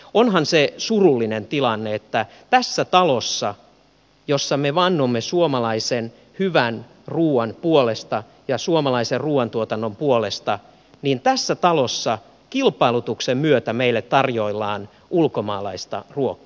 onhan se surullinen tilanne että tässä talossa jossa me vannomme suomalaisen hyvän ruuan ja suomalaisen ruuantuotannon nimeen kilpailutuksen myötä meille tarjoillaan ulkomaalaista ruokaa